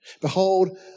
Behold